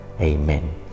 Amen